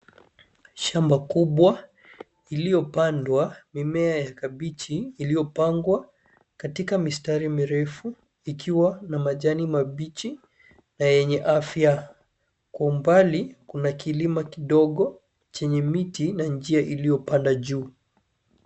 Shamba kubwa iliopandwa mimea ya kabichi iliopangwa katika mistari mirefu ikiwa na majani mabichi na yenye afya. Kwa umbali kuna kilima kidogo chenye miti na njia iliopanda juu.